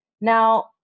Now